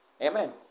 Amen